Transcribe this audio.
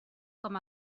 com